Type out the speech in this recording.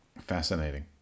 fascinating